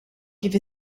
kif